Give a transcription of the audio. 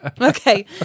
Okay